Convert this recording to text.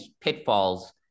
pitfalls